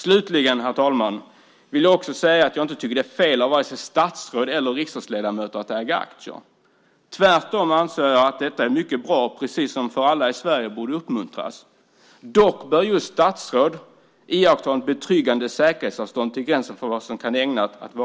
Slutligen, herr talman, vill jag säga att jag inte tycker att det är fel av vare sig statsråd eller riksdagsledamöter att äga aktier. Tvärtom anser jag att detta är mycket bra för alla i Sverige och borde uppmuntras. Dock bör just statsråd iaktta ett betryggande säkerhetsavstånd till gränsen för vad som kan vara ägnat